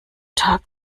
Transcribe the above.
tag